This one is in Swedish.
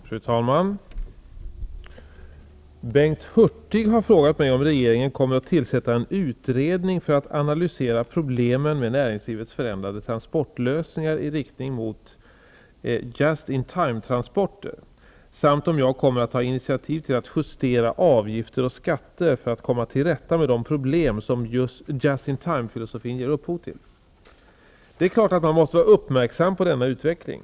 Fru talman! Bengt Hurtig har frågat mig om regeringen kommer att tillsätta en utredning för att analysera problemen med näringslivets förändrade transportlösningar i riktning mot just-in-timetransporter samt om jag kommer att ta intitiativ till att justera avgifter och skatter för att komma till rätta med de problem som just-in-time-filosofin ger upphov till. Det är klart att man måste vara uppmärksam på denna utveckling.